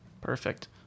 Perfect